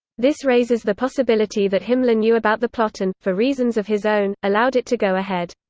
this raises the possibility that himmler knew about the plot and, for reasons of his own, allowed it to go ahead.